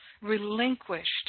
relinquished